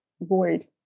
void